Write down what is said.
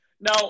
Now